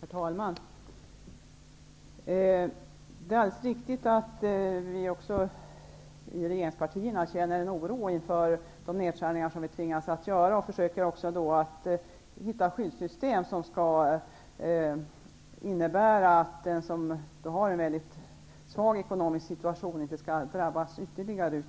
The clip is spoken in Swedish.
Herr talman! Det är alldeles riktigt att också vi i regeringspartierna känner en oro inför de nedskärningar som vi tvingas att göra. Vi försöker också att hitta skyddssystem som skall innebära att den som har en mycket svag ekonomisk situation inte skall drabbas ytterligare.